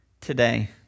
today